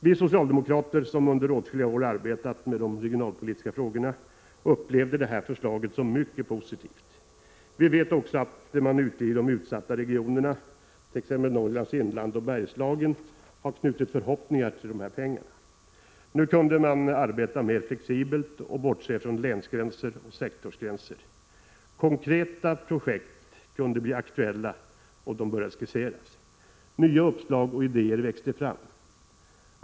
Vi socialdemokrater, som under åtskilliga år arbetat med de regionalpolitiska frågorna, upplevde det här förslaget som mycket positivt. Jag vet också att man ute i de utsatta regionerna, t.ex. Norrlands inland och Bergslagen, har knutit förhoppningar till dessa medel. Nu kunde man arbeta mer flexibelt och bortse från länsgränser och sektorsgränser. Konkreta projekt som kunde bli aktuella började skisseras. Nya uppslag och idéer växte fram.